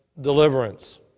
deliverance